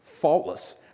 faultless